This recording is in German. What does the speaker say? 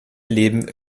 leben